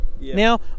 Now